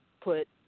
put